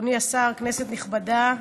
אדוני השר, כנסת נכבדה,